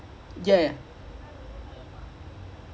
அங்க:anga they will just high up the field and just hold the ball